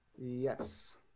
Yes